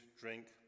drink